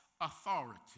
authority